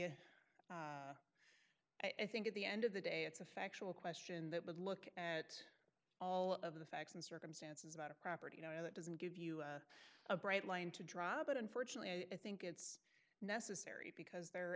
a i think at the end of the day it's a factual question that would look at all of the facts and circumstances about a property you know that doesn't give us a bright line to drive but unfortunately i think it's necessary because there